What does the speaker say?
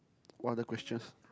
what other questions